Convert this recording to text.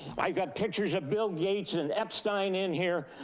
i've got pictures of bill gates and epstein in here.